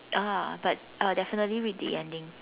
ah but I'll definitely read the ending